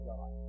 God